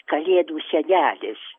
kalėdų senelis